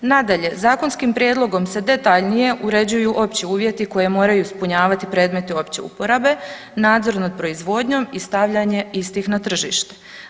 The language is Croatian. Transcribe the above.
Nadalje, zakonskim prijedlog se detaljnije uređuju opći uvjeti koje moraju ispunjavati predmeti opće uporabe, nadzor nad proizvodnjom i stavljanje istih na tržište.